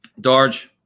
Darge